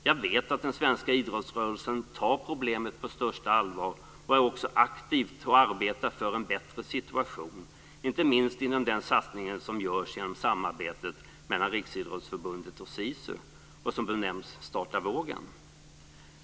Jag vet att den svenska idrottsrörelsen tar problemet på största allvar och också aktivt arbetar för en bättre situation inte minst inom den satsning som görs genom samarbetet mellan Riksidrottsförbundet och SISU och som benämns Starta vågen.